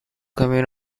commune